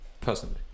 personally